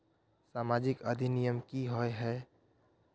सामाजिक अधिनियम की होय है?